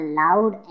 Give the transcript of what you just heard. loud